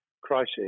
crisis